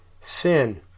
sin